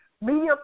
media